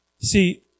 See